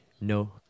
No